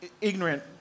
ignorant